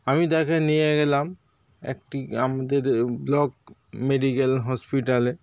আমি তাঁকে নিয়ে গেলাম একটি আমাদের ব্লক মেডিক্যাল হসপিটালে